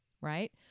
Right